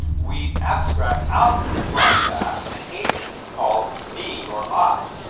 we abstract out from that an agent called me or i.